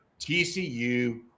TCU